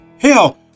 Hell